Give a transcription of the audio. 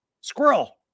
Squirrel